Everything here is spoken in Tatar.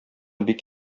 бик